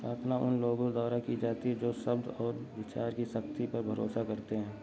प्रार्थना उन लोगों द्वारा की जाती है जो शब्द और विचार की शक्ति पर भरोसा करते हैं